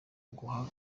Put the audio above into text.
uguha